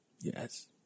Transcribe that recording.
Yes